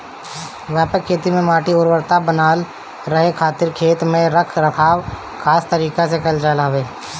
व्यापक खेती में माटी के उर्वरकता बनल रहे खातिर खेत के रख रखाव खास तरीका से कईल जात हवे